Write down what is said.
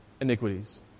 iniquities